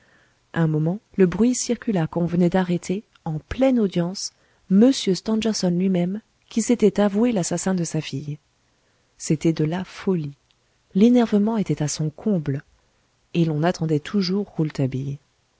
un moment le bruit circula qu'on venait d'arrêter en pleine audience m stangerson lui-même qui s'était avoué l'assassin de sa fille c'était de la folie l'énervement était à son comble et l'on attendait toujours